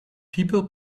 people